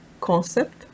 concept